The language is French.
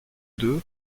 deux